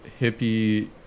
hippie